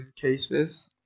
cases